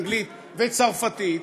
אנגלית וצרפתית,